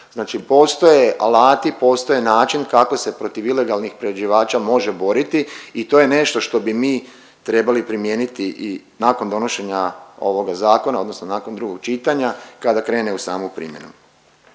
Znači postoje alati, postoji način kako se protiv ilegalnih priređivača može boriti i to je nešto što bi mi trebali primijeniti i nakon donošenja ovoga zakona odnosno nakon drugog čitanja kada krene u samu primjenu.